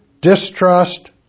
distrust